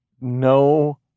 no